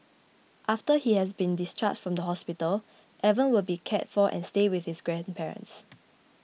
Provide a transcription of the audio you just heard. after he has been discharged from the hospital Evan will be cared for and stay with his grandparents